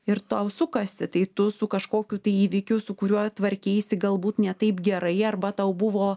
ir tau sukasi tai tu su kažkokiu tai įvykiu su kuriuo tvarkeisi galbūt ne taip gerai arba tau buvo